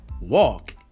Walk